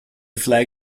flag